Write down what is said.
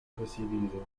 recibido